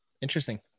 Interesting